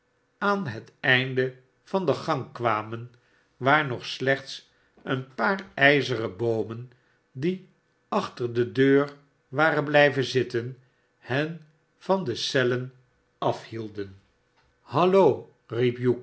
aan het einde van de gang kwameu waar nog slechts een paaf ijzeren boomen die achter de deur waren blijven zitten hen van de cellen af hidden hallo